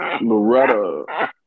Loretta